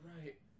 right